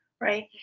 Right